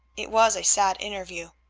it was a sad interview.